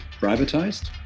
privatized